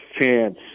chance